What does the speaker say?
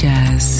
Jazz